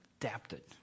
adapted